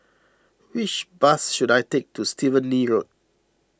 which bus should I take to Stephen Lee Road